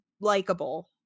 likable